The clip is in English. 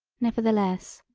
nevertheless,